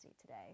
today